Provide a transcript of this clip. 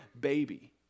baby